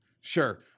Sure